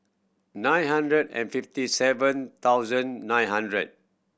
nine hundred and fifty seven thousand nine hundred